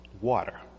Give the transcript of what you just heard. water